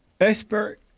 expert